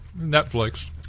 Netflix